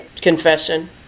confession